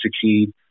succeed